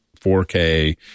4K